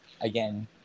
again